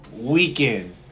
weekend